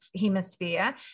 hemisphere